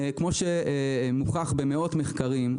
כפי שמוכח במאות מחקרים,